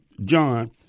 John